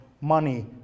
money